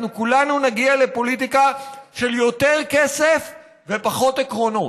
אנחנו כולנו נגיע לפוליטיקה של יותר כסף ופחות עקרונות,